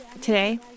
Today